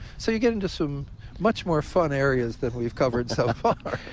so you get into some much more fun areas than we've covered so far.